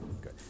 good